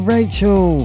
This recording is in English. Rachel